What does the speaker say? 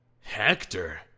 Hector